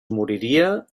moriria